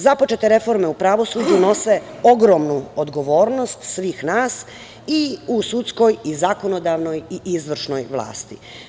Započete reforme u pravosuđu nose ogromnu odgovornost svih nas i u sudskoj i zakonodavnoj i izvršnoj vlasti.